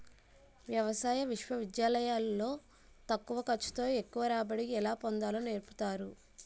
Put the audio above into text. వ్యవసాయ విశ్వవిద్యాలయాలు లో తక్కువ ఖర్చు తో ఎక్కువ రాబడి ఎలా పొందాలో నేర్పుతారు